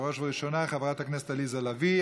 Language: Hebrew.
בראש ובראשונה, חברת הכנסת עליזה לביא.